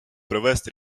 provést